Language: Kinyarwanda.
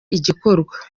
igikorwa